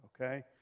okay